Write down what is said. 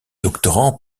doctorants